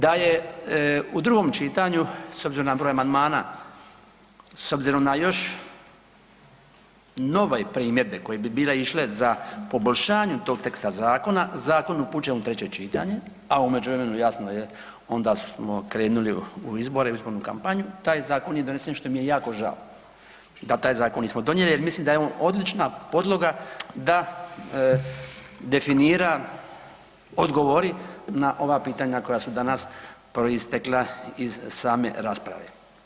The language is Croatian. Da je u drugom čitanju s obzirom na broj amandmana, s obzirom na još nove primjedbe koje bi bile išle za poboljšanje tog teksta zakona zakon upućen u treće čitanje, a u međuvremenu jasno je onda smo krenuli u izbore, u izbornu kampanju i taj zakon nije donesen što mi je jako žao da taj zakon nismo donijeli, jer mislim da je on odlična podloga da definira, odgovori na ova pitanja koja su danas proistekla iz same rasprave.